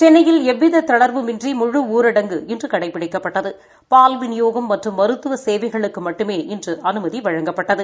சென்னையில் எவ்வித தளர்வுமின்றி முழு ஊரடங்கு இன்று கடைபிடிக்கப்பட்டது பால் விநியோகம் மற்றும் மருத்துவ சேவைகளுக்கு மட்டுமே இன்று அனுமதி வழங்கப்பட்டது